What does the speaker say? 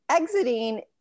Exiting